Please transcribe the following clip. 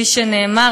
כפי שנאמר,